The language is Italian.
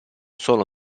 solo